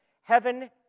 Heaven